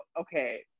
okay